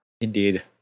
Indeed